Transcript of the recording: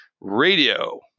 radio